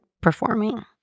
performing